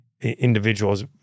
individuals